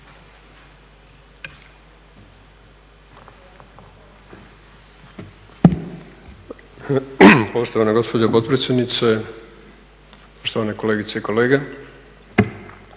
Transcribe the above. Poštovana gospođo potpredsjednice, poštovane kolegice i kolege.